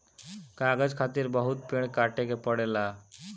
कागज खातिर बहुत पेड़ काटे के पड़ेला